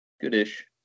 Good-ish